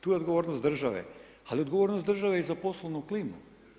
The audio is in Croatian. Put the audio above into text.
Tu je odgovornost države, ali odgovornost je države i za poslovnu klimu.